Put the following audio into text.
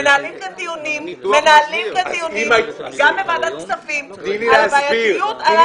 מנהלים כאן דיונים גם בוועדת הכספים על הבעייתיות.